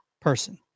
person